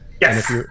Yes